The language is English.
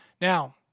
Now